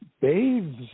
bathes